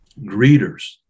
greeters